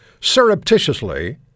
surreptitiously